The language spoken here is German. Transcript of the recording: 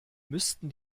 müssten